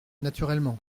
naturellement